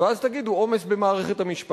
ואז תגידו: עומס בבתי-המשפט.